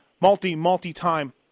multi-multi-time